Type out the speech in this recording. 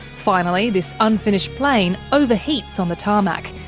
finally, this unfinished plane overheats on the tarmac.